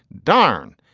darn,